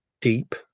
deep